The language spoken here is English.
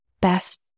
best